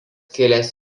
kilęs